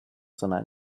sondern